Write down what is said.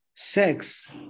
Sex